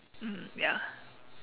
mm ya